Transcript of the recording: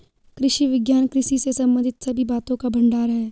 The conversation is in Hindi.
कृषि विज्ञान कृषि से संबंधित सभी बातों का भंडार है